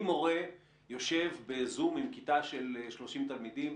אם מורה יושב בזום עם כיתה של 30 תלמידים,